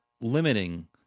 limiting